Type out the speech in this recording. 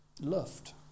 Loved